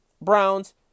Browns